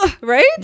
Right